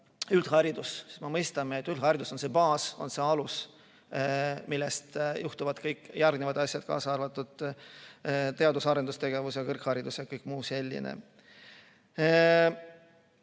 üldharidus. Me mõistame, et üldharidus on see baas, see alus, millest johtuvad kõik järgnevad asjad, kaasa arvatud teadus‑ ja arendustegevus, kõrgharidus ja kõik muu selline.